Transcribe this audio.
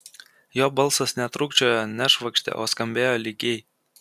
jo balsas netrūkčiojo nešvokštė o skambėjo lygiai